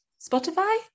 spotify